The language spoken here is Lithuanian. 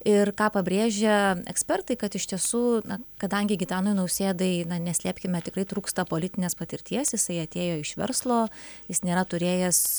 ir ką pabrėžia ekspertai kad iš tiesų kadangi gitanui nausėdai na neslėpkime tikrai trūksta politinės patirties jisai atėjo iš verslo jis nėra turėjęs